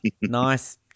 nice